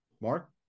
Mark